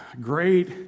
Great